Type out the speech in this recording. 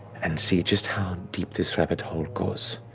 and see just how deep this rabbit hole goes.